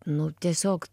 nu tiesiog